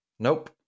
Nope